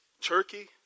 Turkey